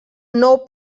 nou